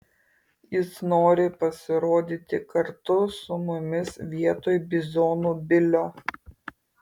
jis nori pasirodyti kartu su mumis vietoj bizonų bilio